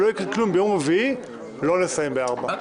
יקרה כלום אם ביום רביעי לא נסיים ב-16.